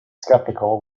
skeptical